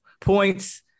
points